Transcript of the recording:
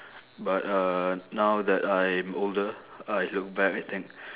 but uh now that I'm older I look back I think